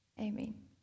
Amen